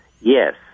Yes